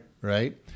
Right